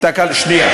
שנייה,